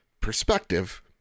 Perspective